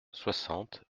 soixante